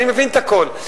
אני מבין את הכול,